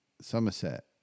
Somerset